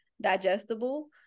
digestible